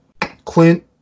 Clint